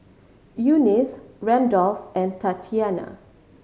Eunice Randolf and Tatyana